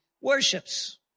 worships